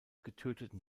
getöteten